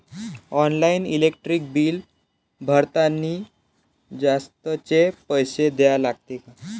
Online electric bill भरतानी जास्तचे पैसे द्या लागते का?